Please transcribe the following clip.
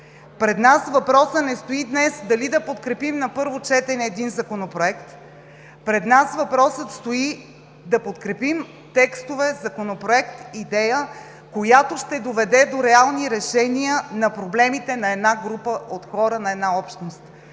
Пред нас въпросът не стои днес дали да подкрепим на първо четене един законопроект. Пред нас въпросът стои да подкрепим текстове, законопроект, идея, които ще доведат до реални решения на проблемите на една група от хора, на една общност.